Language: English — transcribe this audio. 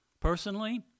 Personally